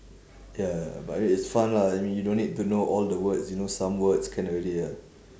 ya ya but it's fun lah I mean you don't need to know all the words you know some words can already ah